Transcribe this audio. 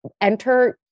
enter